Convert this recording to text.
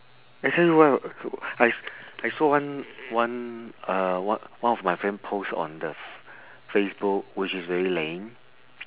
actually why I s~ I saw one one uh one one of my friend post on the facebook which is very lame